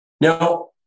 Now